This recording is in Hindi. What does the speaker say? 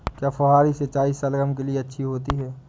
क्या फुहारी सिंचाई शलगम के लिए अच्छी होती है?